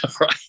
right